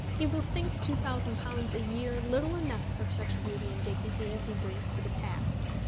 he will think two thousand pounds a year little enough for such beauty and dignity as he brings to the task.